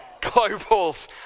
globals